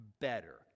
better